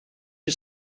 you